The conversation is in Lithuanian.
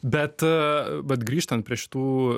bet vat grįžtant prie šitų